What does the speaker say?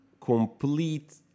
complete